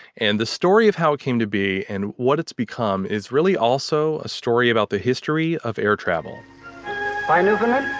and the story of how it came to be and what it's become is really also a story about the history of air travel find newfoundland?